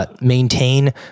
Maintain